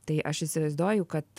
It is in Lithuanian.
tai aš įsivaizduoju kad